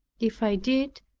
if i did,